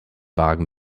wagen